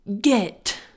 get